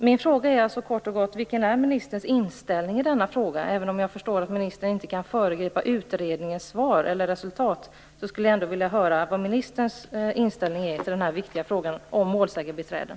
Min fråga är alltså kort och gott: Vilken är ministerns inställning i denna fråga? Även om jag förstår att ministern inte kan föregripa utredningens resultat skulle jag vilja höra vad ministerns inställning är i den viktiga frågan om målsägandebiträden.